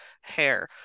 hair